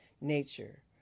nature